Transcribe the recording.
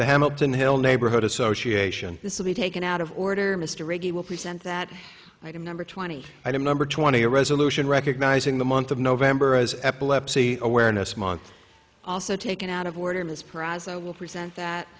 the hamilton hill neighborhood association this will be taken out of order mr regie will present that item number twenty item number twenty a resolution recognizing the month of november as epilepsy awareness month also taken out of order in this prize i will resent that